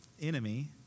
enemy